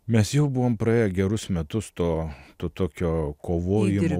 mes jau buvom praėję gerus metus to to tokio kovojimo už savo